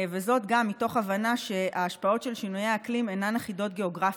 וזאת גם מתוך הבנה שההשפעות של שינויי האקלים אינן אחידות גיאוגרפית,